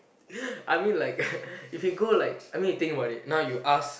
I mean like if you go like I mean you think about it now you ask